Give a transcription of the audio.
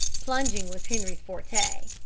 plunging was henri's forte.